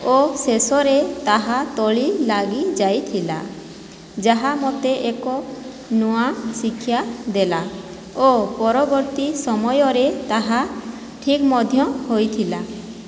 ଓ ଶେଷରେ ତାହା ତଳେ ଲାଗିଯାଇଥିଲା ଯାହା ମୋତେ ଏକ ନୂଆ ଶିକ୍ଷା ଦେଲା ଓ ପରବର୍ତ୍ତୀ ସମୟରେ ତାହା ଠିକ୍ ମଧ୍ୟ ହୋଇଥିଲା